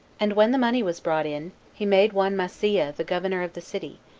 and when the money was brought in, he made one maaseiah the governor of the city,